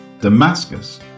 Damascus